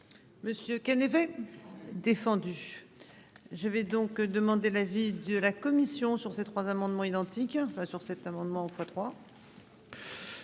Monsieur avait. Défendu. Je vais donc demander l'avis de la commission sur ces trois amendements identiques hein enfin sur cet amendement,